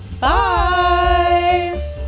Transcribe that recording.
Bye